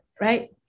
right